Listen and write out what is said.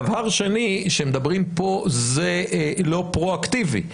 דבר שני, כשמדברים פה זה לא פרואקטיבי.